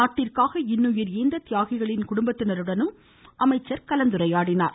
நாட்டிற்காக இன்னுயிரை ஈந்த தியாகிகளின் குடும்பத்தினருடனும் அவர் கலந்துரையாடினார்